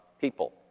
people